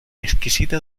exquisita